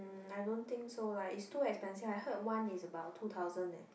um I don't think so lah it's too expensive I heard one is about two thousand eh